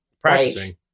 practicing